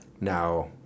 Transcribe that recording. now